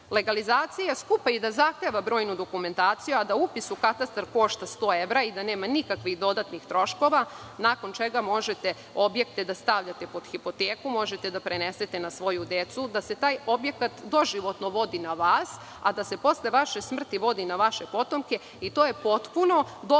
legalizacija skupa i zahteva brojnu dokumentaciju a da upis u katastar košta 100 evra i da nema nikakvih dodatnih troškova nakon čega možete objekte da stavljate pod hipoteku, možete da prenesete na svoju decu, da se taj objekat doživotno vodi na vas, a da se posle vaše smrti vodi na vaše potomke i to je potpuno dovoljno